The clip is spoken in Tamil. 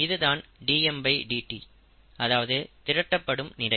இதுதான் dmdt அதாவது திரட்டப்படும் நிறை